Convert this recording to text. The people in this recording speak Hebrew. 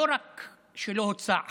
לא רק שלא הוצע חוק,